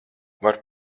varu